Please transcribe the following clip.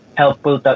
helpful